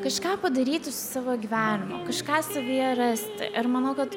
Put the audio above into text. kažką padaryti su savo gyvenimu kažką savyje rasti ir manau kad